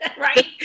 right